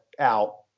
out